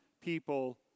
people